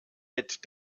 mit